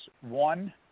one